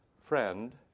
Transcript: friend